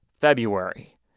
February